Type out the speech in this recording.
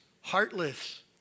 heartless